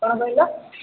କ'ଣ କହିଲ